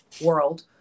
world